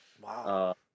Wow